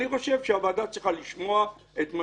אני חושב שהוועדה צריכה לשמוע את מה